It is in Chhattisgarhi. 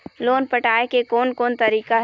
लोन पटाए के कोन कोन तरीका हे?